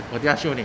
我家 show 你